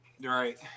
Right